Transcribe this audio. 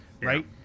right